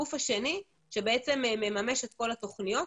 והגוף השני מממש את כל התוכניות.